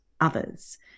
others